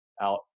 out